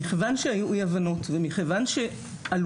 מכיוון שהיו אי הבנות ומכיוון שהייתה